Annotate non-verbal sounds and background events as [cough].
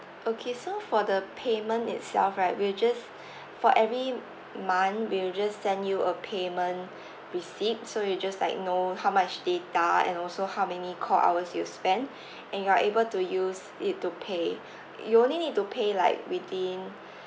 okay so for the payment itself right we'll just [breath] for every month we'll just send you a payment receipt so you'll just like know how much data and also how many call hours you spent [breath] and you are able to use it to pay you only need to pay like within